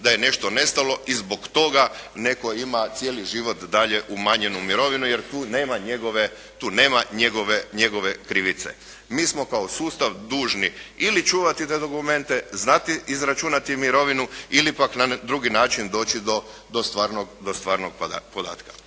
da je nešto nestalo i zbog toga netko ima cijeli život dalje umanjenu mirovinu jer tu nema njegove, tu nema njegove krivice. Mi smo kao sustav dužni ili čuvati te dokumente, znati izračunati mirovinu ili pak na drugi način doći do, do stvarnog podatka.